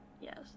Yes